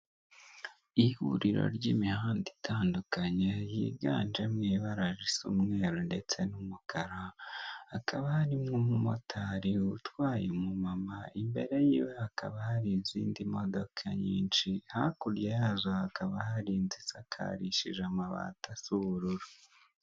Ihuriro ry'imihanda itandukanye higanjemo ibara risa umukara hakaba harimo umumotari utwaye umumama imbere yiwe hakaba hari izindi modoka nyinshi hakurya yazo hakaba hari inzu isakaje amabati asa ubururu.